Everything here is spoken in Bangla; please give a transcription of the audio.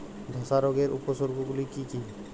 ধসা রোগের উপসর্গগুলি কি কি?